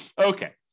Okay